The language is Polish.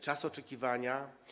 Czas oczekiwania.